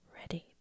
ready